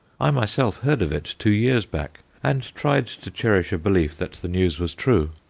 i myself heard of it two years back, and tried to cherish a belief that the news was true.